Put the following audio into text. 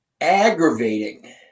aggravating